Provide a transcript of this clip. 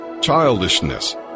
childishness